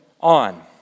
on